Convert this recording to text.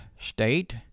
state